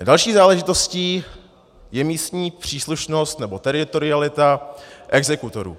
Další záležitostí je místní příslušnost nebo teritorialita exekutorů.